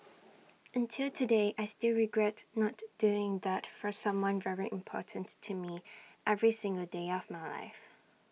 and till today I still regret not doing that for someone very important to me every single day of life